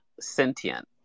sentient